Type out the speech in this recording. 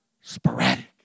sporadic